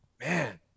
man